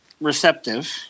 receptive